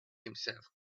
himself